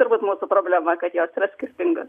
turbūt mūsų problema kad jos yra skirtingos